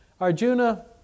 Arjuna